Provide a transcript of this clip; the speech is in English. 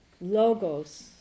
logos